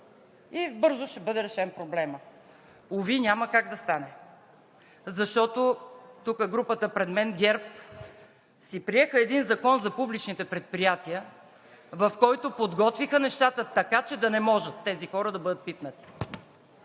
и бързо ще бъде решен проблемът?“ Уви, няма как да стане! Защото тук групата пред мен – ГЕРБ, си приеха един Закон за публичните предприятия, в който подготвиха нещата така, че тези хора да не могат да бъдат пипнати.